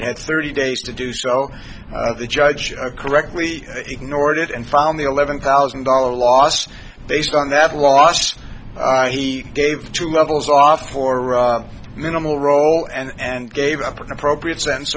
it's thirty days to do so the judge correctly ignored it and found the eleven thousand dollar loss based on that last he gave two levels off for a minimal role and gave up an appropriate sense